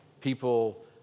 people